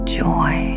joy